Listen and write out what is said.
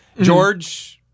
George